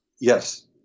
Yes